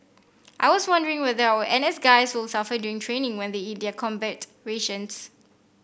I was wondering whether our N S guys will suffer during training when they eat the combat rations